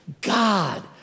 God